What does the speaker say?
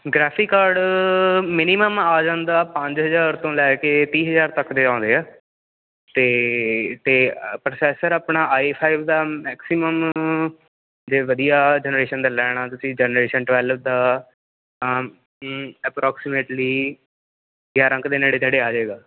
graphic card minimum ਆ ਜਾਂਦਾ ਪੰਜ ਹਜ਼ਾਰ ਤੋਂ ਲੈ ਕੇ ਤੀਹ ਹਜ਼ਾਰ ਤੱਕ ਦੇ ਆਉਂਦੇ ਹੈ ਅਤੇ ਅਤੇ ਪ੍ਰੋਸੈਸਰ ਆਪਣਾ ਆਈ ਫਾਈਵ ਦਾ ਮੈਕਸੀਮਮ ਜੇ ਵਧੀਆ ਜਨਰੇਸ਼ਨ ਦਾ ਲੈਣਾ ਤੁਸੀਂ ਜਨਰੇਸ਼ਨ ਟਵੈਲਵ ਦਾ ਤਾਂ ਅਪਰੋਕਸੀਮੇਟਲੀ ਗਿਆਰ੍ਹਾਂ ਕ ਦੇ ਨੇੜੇ ਤੇੜੇ ਆ ਜੇਗਾ